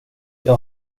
jag